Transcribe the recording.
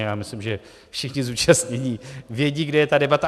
A já myslím, že všichni zúčastnění vědí, kde je ta debata.